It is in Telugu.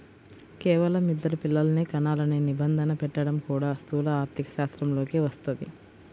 కేవలం ఇద్దరు పిల్లలనే కనాలనే నిబంధన పెట్టడం కూడా స్థూల ఆర్థికశాస్త్రంలోకే వస్తది